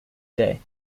day